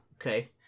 okay